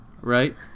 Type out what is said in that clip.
Right